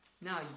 Now